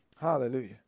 Hallelujah